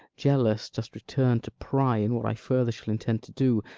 jealous, dost return to pry in what i further shall intend to do,